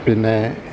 പിന്നെ